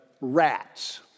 rats